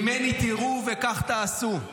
ממני תראו וכך תעשו.